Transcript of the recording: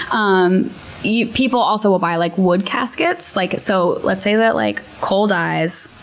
um yeah people also will buy like wood caskets. like so let's say that like cole dies.